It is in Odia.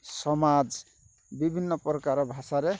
ସମାଜ ବିଭିନ୍ନ ପ୍ରକାର ଭାଷାରେ